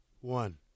One